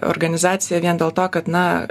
organizacija vien dėl to kad na